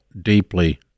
deeply